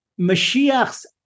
Mashiach's